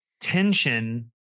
tension